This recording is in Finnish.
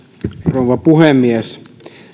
rouva puhemies